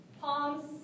Palms